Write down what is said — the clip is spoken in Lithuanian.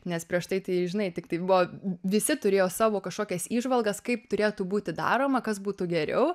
nes prieš tai tai žinai tiktai buvo visi turėjo savo kažkokias įžvalgas kaip turėtų būti daroma kas būtų geriau